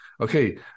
Okay